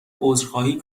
عذرخواهی